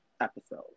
episode